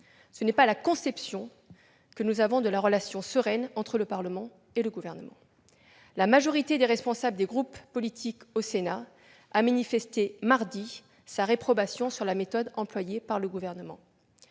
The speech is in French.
Ce n'est pas la conception que nous nous faisons de relations sereines entre le Parlement et le Gouvernement. La majorité des responsables des groupes politiques au Sénat a manifesté mardi sa réprobation à l'égard de la méthode employée par le Gouvernement.